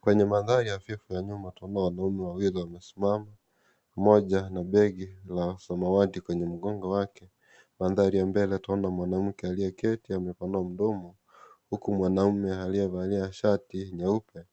Kwenye mandhari hafifu ya nyuma tunaona wanaume wawili wamesimama, mmoja ana begi la samawati kwenye mgongo mwake. Mandhari ya mbele twaona mwanamke aliyeketi amepanua mdomo huku mwanamume aliyevalia shati nyeupe